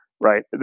right